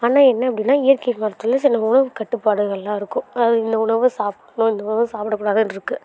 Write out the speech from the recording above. ஆனால் என்ன அப்படின்னா இயற்கை மருத்துவத்தில் சில உணவு கட்டுப்பாடுகள்லாம் இருக்கும் அது இந்த உணவை சாப்பிட்ணும் இந்த உணவை சாப்பிடக்கூடாதுன்னு இருக்குது